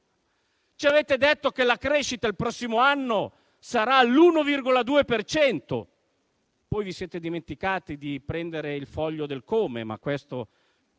Ci avete detto che la crescita il prossimo anno sarà l'1,2 per cento. Poi vi siete dimenticati di prendere il foglio del come, ma in questo